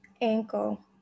ankle